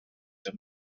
the